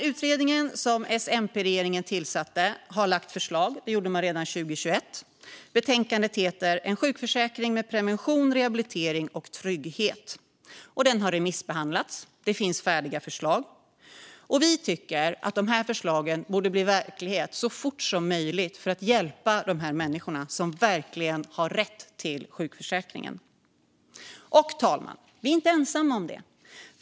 Utredningen som S-MP-regeringen tillsatte har lagt fram förslag - det skedde redan 2021. Betänkandet har titeln En sjukförsäkring med prevention, rehabilitering och trygghet . Betänkandet har remissbehandlats, och det finns färdiga förslag. Vi tycker att förslagen borde bli verklighet så fort som möjligt för att hjälpa de människor som verkligen har rätt att få ta del av vad som finns i sjukförsäkringen. Och, herr talman, vi är inte ensamma om att tycka så.